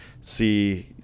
see